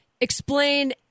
explain